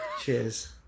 Cheers